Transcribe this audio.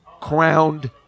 crowned